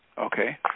Okay